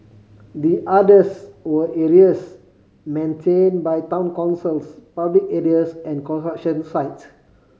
the others were areas maintained by town councils public areas and construction sites